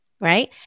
right